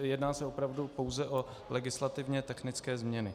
Jedná se opravdu pouze o legislativně technické změny.